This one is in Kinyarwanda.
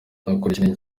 nakurikiranye